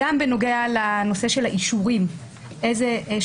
יש צורך לחדד גם את נושא של האישורים.